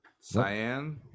Cyan